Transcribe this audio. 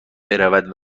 برود